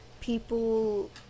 people